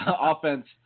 offense